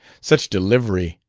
such delivery!